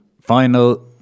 final